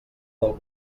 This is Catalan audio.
del